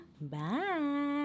bye